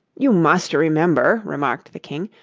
you must remember remarked the king,